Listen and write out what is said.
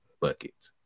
bucket